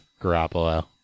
Garoppolo